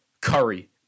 Curry